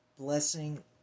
Blessing